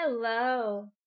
Hello